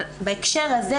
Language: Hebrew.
אבל בהקשר הזה,